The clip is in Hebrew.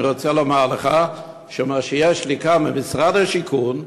אני רוצה לומר לך שמה שיש לי כאן ממשרד השיכון,